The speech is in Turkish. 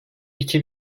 iki